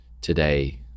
today